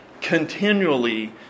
continually